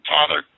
Father